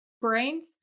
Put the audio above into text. brains